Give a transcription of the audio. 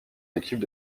l’équipe